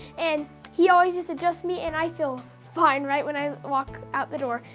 and he always just adjusts me and i feel fine right when i walk out the door.